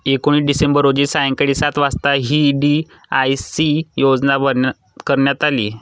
एकोणीस डिसेंबर रोजी सायंकाळी सात वाजता व्ही.डी.आय.सी योजना बंद करण्यात आली